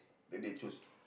then they choose